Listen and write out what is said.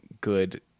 good